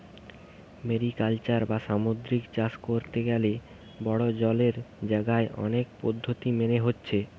mariculture বা সামুদ্রিক চাষ কোরতে গ্যালে বড়ো জলের জাগায় অনেক পদ্ধোতি মেনে হচ্ছে